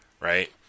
right